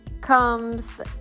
comes